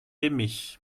aimée